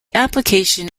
application